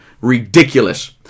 ridiculous